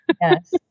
Yes